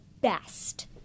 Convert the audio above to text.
best